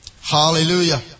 hallelujah